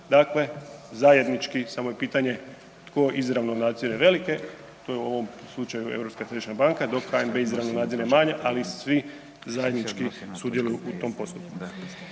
Dakle, zajednički samo je pitanje tko izravno nadzire velike, to je u ovom slučaju Europska središnja banka dok HNB izravno nadzire manje, ali svi zajednički sudjeluju u tom postupku.